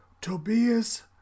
Tobias